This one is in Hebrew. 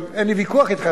אבל אין לי ויכוח אתך,